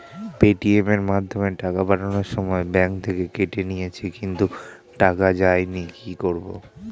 Paytm এর মাধ্যমে টাকা পাঠানোর সময় ব্যাংক থেকে কেটে নিয়েছে কিন্তু টাকা যায়নি কি করব?